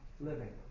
Living